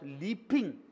leaping